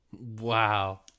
Wow